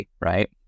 right